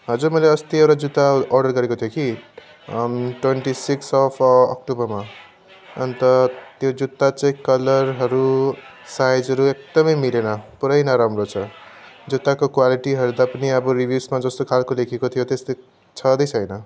हजुर मैले अस्ति एउटा जुत्ता अर्डर गरेको थिएँ कि ट्वेन्टी सिक्स अफ अक्टोबरमा अन्त त्यो जुत्ता चाहिँ कलरहरू साइजहरू एकदमै मिलेन पुरै नराम्रो छ जुत्ताको क्वालिटी हेर्दा पनि अब रिभ्युजमा जस्तो खालको लेखेको थियो त्यस्तो छँदै छैन